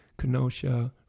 Kenosha